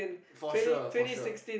for sure for sure